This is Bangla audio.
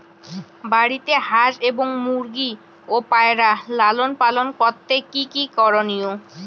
বাড়িতে হাঁস এবং মুরগি ও পায়রা লালন পালন করতে কী কী করণীয়?